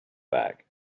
back